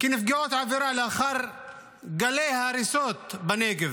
כנפגעות עבירה לאחר גלי ההריסות בנגב,